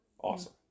awesome